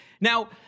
Now